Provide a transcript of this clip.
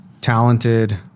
talented